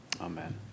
Amen